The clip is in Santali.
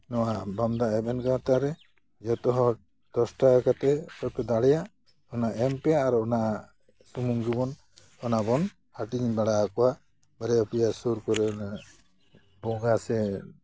ᱱᱚᱣᱟ ᱵᱟᱢᱫᱟ ᱮᱵᱷᱮᱱ ᱜᱟᱶᱛᱟ ᱨᱮ ᱡᱚᱛᱚ ᱦᱚᱲ ᱫᱚᱥ ᱴᱟᱠᱟ ᱠᱟᱛᱮ ᱚᱠᱚᱭ ᱯᱮ ᱫᱟᱲᱮᱭᱟᱜ ᱚᱱᱟ ᱮᱢ ᱯᱮ ᱟᱨ ᱚᱱᱟ ᱥᱩᱢᱩᱝ ᱜᱮᱵᱚᱱ ᱚᱱᱟ ᱵᱚᱱ ᱦᱟᱹᱴᱤᱧ ᱵᱟᱲᱟᱣᱟᱠᱚᱣᱟ ᱵᱟᱨᱭᱟ ᱯᱮᱭᱟ ᱥᱩᱨ ᱠᱚᱨᱮᱱ ᱵᱚᱸᱜᱟ ᱥᱮ